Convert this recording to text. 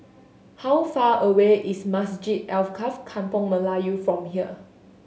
how far away is Masjid Alkaff Kampung Melayu from here